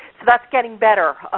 so that's getting better.